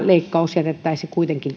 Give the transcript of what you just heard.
leikkaus jätettäisiin kuitenkin